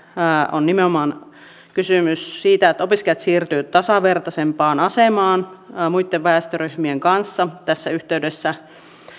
on nimenomaan kysymys siitä että opiskelijat siirtyvät tasavertaisempaan asemaan muitten väestöryhmien kanssa tässä yhteydessä